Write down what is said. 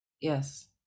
Yes